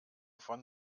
von